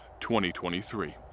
2023